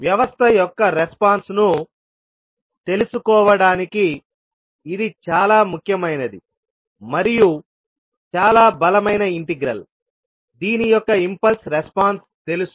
వ్యవస్థ యొక్క రెస్పాన్స్ ను తెలుసుకోవడానికి ఇది చాలా ముఖ్యమైనది మరియు చాలా బలమైన ఇంటిగ్రల్ దీని యొక్క ఇంపల్స్ రెస్పాన్స్ తెలుసు